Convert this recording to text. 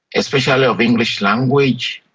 especially of english language,